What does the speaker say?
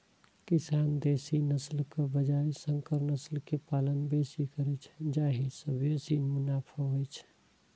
किसान देसी नस्लक बजाय संकर नस्ल के पालन बेसी करै छै, जाहि सं बेसी मुनाफा होइ छै